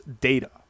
data